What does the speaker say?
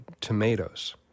Tomatoes